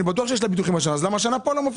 אני בטוח שיש לה ביטוחים השנה אז למה זה לא מופיע?